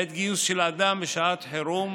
בעת גיוס של אדם בשעת חירום